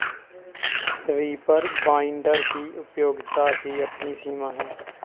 reaper binder की उपयोगिता की अपनी सीमा है